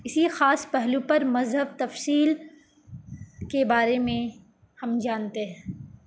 اسی خاص پہلو پر مذہب تفصیل کے بارے میں ہم جانتے ہیں